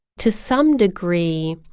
to some degree,